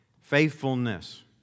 faithfulness